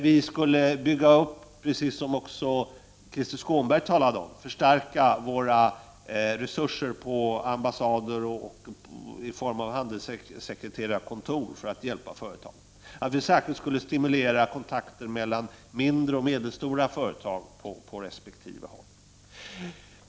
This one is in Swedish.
Vi skulle kunna bygga upp, precis som också Krister Skånberg talade om, och förstärka våra resurser på ambassaderna i form av handelssekreterarkontor för att hjälpa företagen. Vi skulle särskilt stimulera kontakter mellan små och medelstora företag på resp. håll.